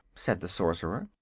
said the sorcerer.